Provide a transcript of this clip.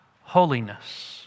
holiness